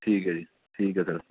ਠੀਕ ਹੈ ਜੀ ਠੀਕ ਹੈ ਸਰ